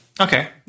Okay